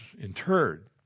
interred